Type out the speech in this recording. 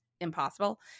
impossible